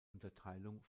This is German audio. unterteilung